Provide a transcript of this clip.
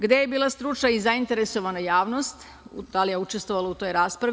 Gde je bila stručna i zainteresovana javnost i da li je učestvovala u toj raspravi?